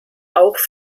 auch